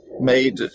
made